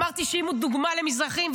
אמרתי שאם הוא דוגמה למזרחים,